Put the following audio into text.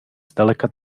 zdaleka